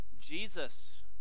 Jesus